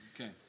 Okay